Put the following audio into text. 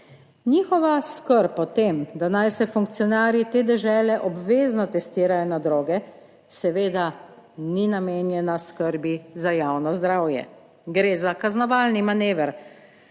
Njihova skrb o tem, da naj se funkcionarji te dežele obvezno testirajo na droge, seveda ni namenjena skrbi za javno zdravje, gre za kaznovalni manever,